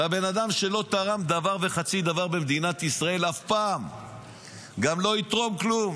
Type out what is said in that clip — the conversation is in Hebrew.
לבן אדם שלא תרם דבר וחצי דבר למדינת ישראל אף פעם וגם לא יתרום כלום.